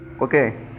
okay